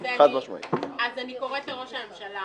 אז אני קוראת לראש הממשלה